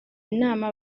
inama